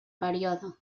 període